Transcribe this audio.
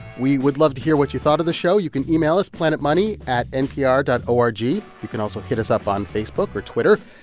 we would love to hear what you thought of the show. you can email us, planetmoney at npr dot o r g. you can also hit us up on facebook or twitter.